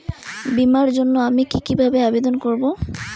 বিমার জন্য আমি কি কিভাবে আবেদন করব?